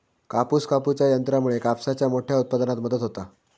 कापूस कापूच्या यंत्रामुळे कापसाच्या मोठ्या उत्पादनात मदत होता